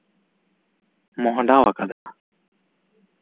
ᱢᱚᱦᱚᱰᱟ ᱟᱠᱟᱫᱟ